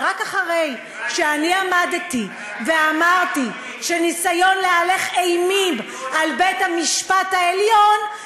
ורק אחרי שאני עמדתי ואמרתי שזה ניסיון להלך אימים על בית-המשפט העליון,